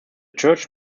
church